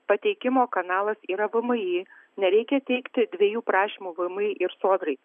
pateikimo kanalas yra vmi nereikia teikti dviejų prašymų vmi ir sodrai